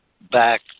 back